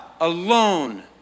alone